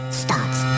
starts